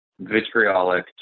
vitriolic